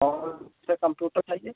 कौन सा कंप्यूटर चाहिए